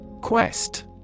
Quest